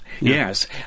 Yes